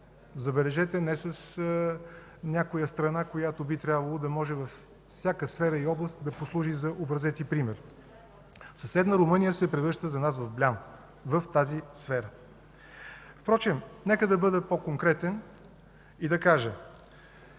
Забележете, не с някоя страна, която би трябвало да може във всяка сфера и област да послужи за образец и пример. Съседна Румъния се превръща за нас в блян в тази сфера. Впрочем нека бъда по-конкретен и да кажа: